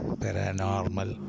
paranormal